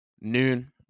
noon